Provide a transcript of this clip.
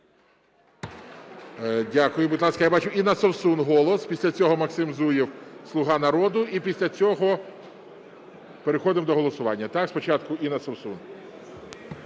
Дякую. Будь ласка, я бачу, Інна Совсун – "Голос", після цього Максим Зуєв, "Слуга народу", і після цього переходимо до голосування, так. Спочатку Інна Совсун.